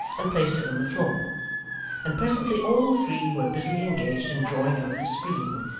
and placed it on the floor and presently all three were busily engaged in drawing out the screen,